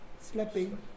slapping